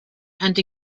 and